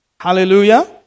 Hallelujah